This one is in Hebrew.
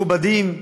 מכובדים,